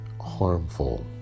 harmful